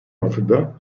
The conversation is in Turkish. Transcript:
altıda